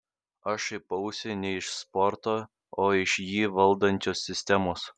aš šaipausi ne iš sporto o iš jį valdančios sistemos